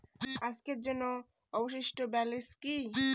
আজকের জন্য অবশিষ্ট ব্যালেন্স কি?